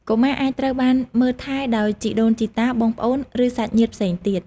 កុមារអាចត្រូវបានមើលថែដោយជីដូនជីតា បងប្អូន ឬសាច់ញាតិផ្សេងទៀត។